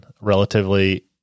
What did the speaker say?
relatively